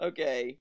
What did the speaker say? Okay